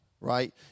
right